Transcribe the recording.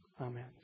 Amen